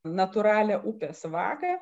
natūralią upės vagą